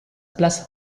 place